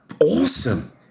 awesome